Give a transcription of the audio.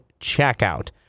checkout